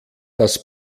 das